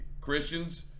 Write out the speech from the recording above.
Christians